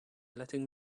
letting